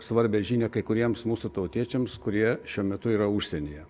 svarbią žinią kai kuriems mūsų tautiečiams kurie šiuo metu yra užsienyje